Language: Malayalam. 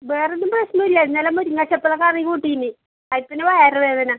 വേറെ ഒന്നും പ്രശ്നം ഇല്ല ഇന്നലെ മുരിങ്ങാച്ചപ്പ് ഇല കറി കൂട്ടീന് അതിൽ പിന്നെ വയറുവേദന